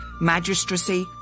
Magistracy